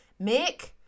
Mick